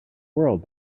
world